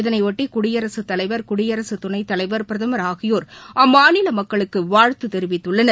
இதனையொட்டி குடியரசு தலைவர் குடியரசு துணைத் தலைவர் பிரதமர் ஆகியோர் அம்மாநில மக்களுக்கு வாழ்த்து தெரிவித்துள்ளனர்